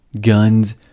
guns